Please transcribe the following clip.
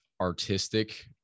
artistic